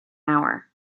hour